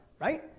right